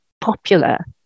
popular